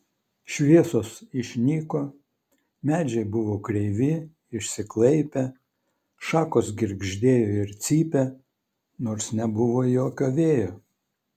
šviesos išnyko medžiai buvo kreivi išsiklaipę šakos girgždėjo ir cypė nors nebuvo jokio vėjo